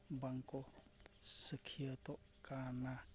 ᱵᱟᱝᱠᱚ ᱥᱟᱹᱠᱷᱤᱭᱟᱹᱛᱚᱜ ᱠᱟᱱᱟ